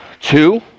two